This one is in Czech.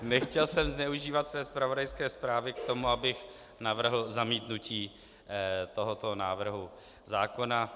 Nechtěl jsem zneužívat své zpravodajské zprávy k tomu, abych navrhl zamítnutí tohoto návrhu zákona.